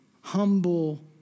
humble